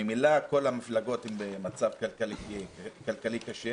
ממילא כל המפלגות הן במצב כלכלי קשה.